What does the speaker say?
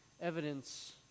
evidence